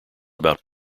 about